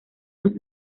los